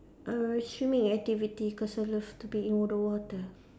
err swimming activity cause I love to be in wa~ the water